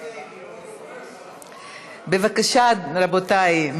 בבקשה, רבותיי.